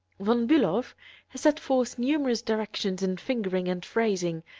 von bulow has set forth numerous directions in fingering and phrasing,